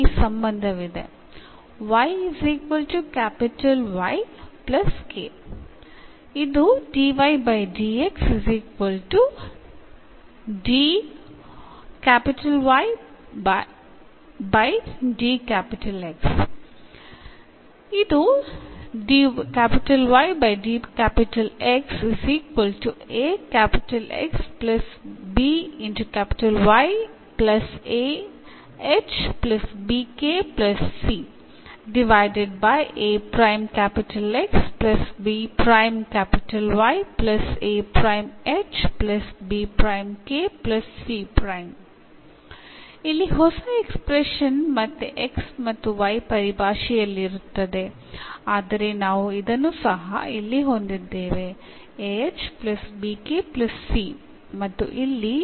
ಈಗ ಈ ಸಂಬಂಧವಿದೆ ⟹ dYaXbYahbkc dX aXbYahbkc ಇಲ್ಲಿ ಹೊಸ ಎಕ್ಸ್ಪ್ರೆಶನ್ ಮತ್ತೆ x ಮತ್ತು y ಪರಿಭಾಷೆಯಲ್ಲಿರುತ್ತದೆ ಆದರೆ ನಾವು ಇದನ್ನು ಸಹ ಇಲ್ಲಿ ಹೊಂದಿದ್ದೇವೆ ಮತ್ತು ಇಲ್ಲಿ